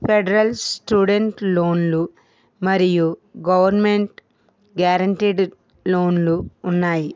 federal student లోన్లు మరియు government guarantee లోన్లు ఉన్నాయి